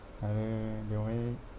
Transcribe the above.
आरो बेवहाय